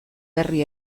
berri